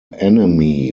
enemy